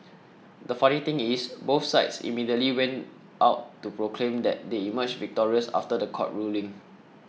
the funny thing is both sides immediately went out to proclaim that they emerged victorious after the court ruling